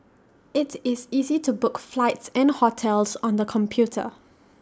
IT is easy to book flights and hotels on the computer